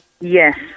Yes